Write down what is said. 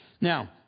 Now